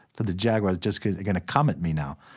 the the jaguar's just going going to come at me now.